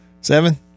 Seven